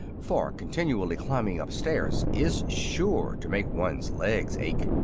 for continually climbing up stairs is sure to make one's legs ache.